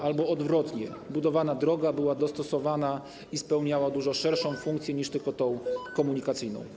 Albo odwrotnie: żeby budowana droga była dostosowana i spełniała dużo szerszą funkcję niż tylko tę komunikacyjną.